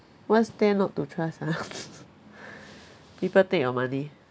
what's there not to trust ah people take your money